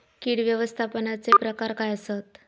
कीड व्यवस्थापनाचे प्रकार काय आसत?